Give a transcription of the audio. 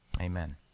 amen